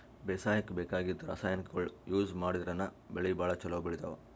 ಬೇಸಾಯಕ್ಕ ಬೇಕಾಗಿದ್ದ್ ರಾಸಾಯನಿಕ್ಗೊಳ್ ಯೂಸ್ ಮಾಡದ್ರಿನ್ದ್ ಬೆಳಿ ಭಾಳ್ ಛಲೋ ಬೆಳಿತಾವ್